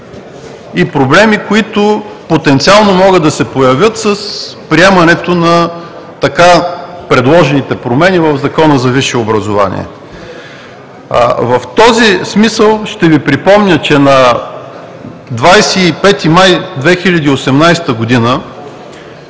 и проблеми, които потенциално могат да се появят с приемането на предложените промени в Закона за висшето образование. В този смисъл ще Ви припомня, че на 25 май 2018 г. има